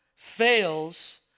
fails